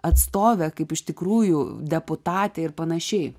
atstovę kaip iš tikrųjų deputatė ir panašiai